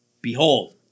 behold